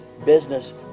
business